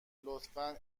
لطفا